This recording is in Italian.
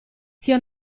sia